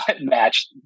match